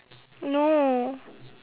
no